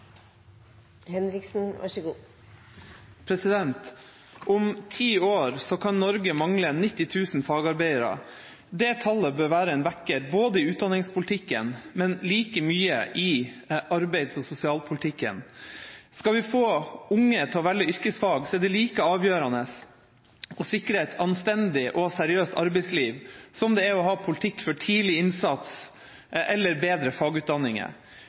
Om ti år kan Norge mangle 90 000 fagarbeidere. Det tallet bør være en vekker, både i utdanningspolitikken og – like mye – i arbeids- og sosialpolitikken. Skal vi få unge til å velge yrkesfag, er det like avgjørende å sikre et anstendig og seriøst arbeidsliv som det er å ha politikk for tidlig innsats eller bedre fagutdanninger.